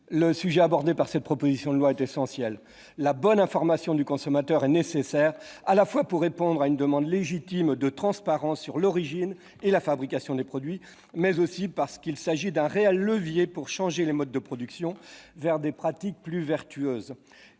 le sujet abordé dans cette proposition de loi est essentiel. La bonne information du consommateur est nécessaire, à la fois pour répondre à une demande légitime de transparence sur l'origine et la fabrication des produits, mais aussi parce qu'il s'agit d'un réel levier pour changer les modes de production et évoluer vers des pratiques plus vertueuses.